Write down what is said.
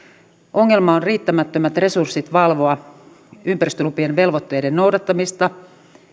ongelma on riittämättömät resurssit valvoa ympäristölupien velvoitteiden noudattamista